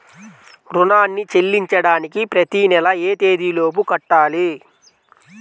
రుణాన్ని చెల్లించడానికి ప్రతి నెల ఏ తేదీ లోపు కట్టాలి?